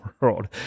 world